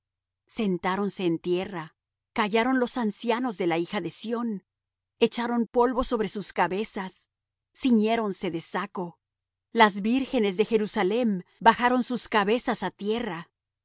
jehová sentáronse en tierra callaron los ancianos de la hija de sión echaron polvo sobre sus cabezas ciñéronse de saco las vírgenes de jerusalem bajaron sus cabezas a tierra